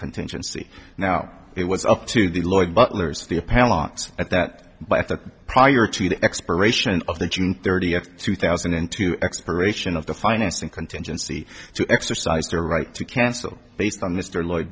contingency now it was up to the lawyer butlers the appellant's at that prior to the expiration of the june thirtieth two thousand and two expiration of the financing contingency to exercise their right to cancel based on mr lloyd